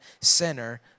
sinner